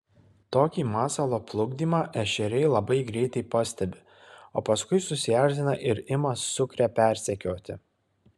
tokį masalo plukdymą ešeriai labai greitai pastebi o paskui susierzina ir ima sukrę persekioti